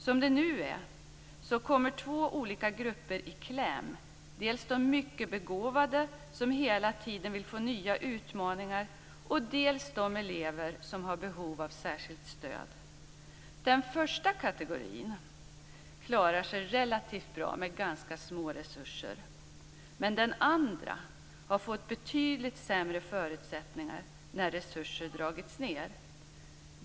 Som det nu är kommer två olika grupper i kläm - dels de mycket begåvade elever som hela tiden vill ha nya utmaningar, dels de elever som har behov av särskilt stöd. Den första kategorin klarar sig relativt bra med ganska små resurser men den andra kategorin har fått betydligt sämre förutsättningar när resurser dragits ned.